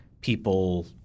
people